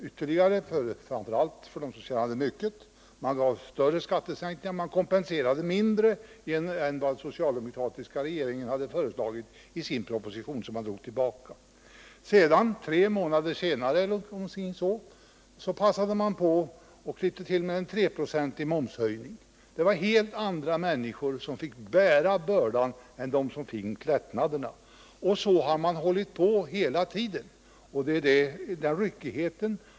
Man gav större skattesänkningar till dem som tjänade mycket och man kompenserade de sämst ställda mindre än vad den socialdemokratiska regeringen hade föreslagit i sin proposition, som drogs tillbaka. Tre månader senare eller däromkring passade man på att klippa till med en treprocentig momshöjning. Det var helt andra människor som fick bära bördan än det var som fick lättnaderna. Och så har man hållit på hela tiden.